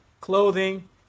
clothing